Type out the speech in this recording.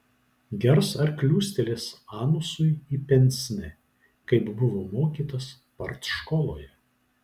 gers ar kliūstelės anusui į pensnė kaip buvo mokytas partškoloje